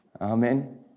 Amen